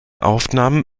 aufnahmen